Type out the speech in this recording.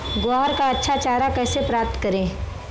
ग्वार का अच्छा चारा कैसे प्राप्त करें?